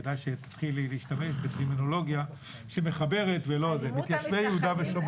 כדאי שתתחילי להשתמש בטרמינולוגיה שמחברת ולא --- אלימות המתנחלים,